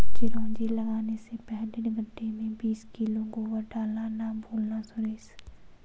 चिरौंजी लगाने से पहले गड्ढे में बीस किलो गोबर डालना ना भूलना सुरेश